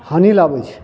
हानि लाबय छै